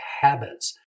habits